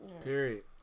Period